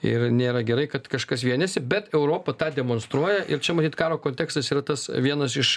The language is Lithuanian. ir nėra gerai kad kažkas vienijasi bet europa tą demonstruoja ir čia matyt karo kontekstas yra tas vienas iš